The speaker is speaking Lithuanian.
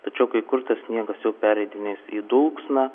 tačiau kai kur tas sniegas jau pereidinės į dulksną